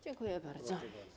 Dziękuję bardzo.